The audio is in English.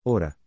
Ora